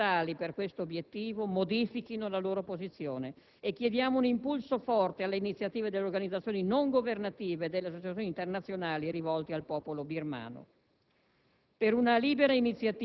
strategiche e fondamentali per questo obiettivo, modifichino la loro posizione. Chiediamo un impulso forte alle iniziative delle organizzazioni non governative e delle associazioni internazionali rivolte al popolo birmano.